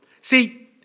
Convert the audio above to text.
See